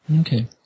Okay